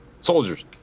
soldiers